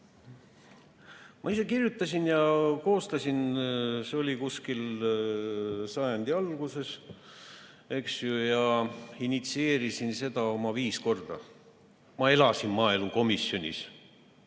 Ma ise kirjutasin ja koostasin, see oli kuskil sajandi alguses, ja initsieerisin seda oma viis korda. Ma elasin maaelukomisjonis,